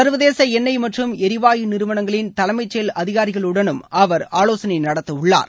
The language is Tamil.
சர்வதேச எண்ணொப் மற்றும் எரிவாயு நிறுவனங்களின் தலைமைச் செயல் அதிகாரிகளுடனும் அவர் ஆலோசனை நடத்தவள்ளார்